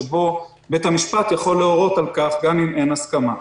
שבו בית המשפט יכול להורות על כך גם אם אין הסכמה.